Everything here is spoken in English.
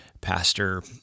pastor